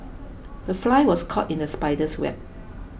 the fly was caught in the spider's web